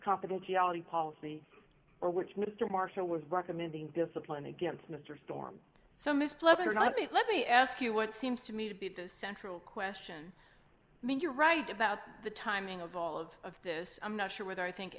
confidentiality policy or which mr marshall were recommending discipline against mr storm so mr clever not me let me ask you what seems to me to be the central question i mean you're right about the timing of all of this i'm not sure whether i think